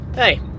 Hey